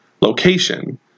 location